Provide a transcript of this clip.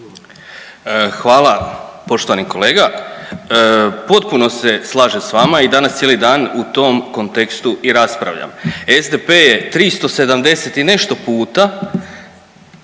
Hvala poštovani kolega. Potpuno se slažem da vama. I danas cijeli dan u tom kontekstu i raspravljam. SDP je 370 i nešto puta,